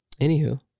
anywho